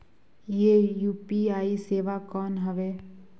ये यू.पी.आई सेवा कौन हवे?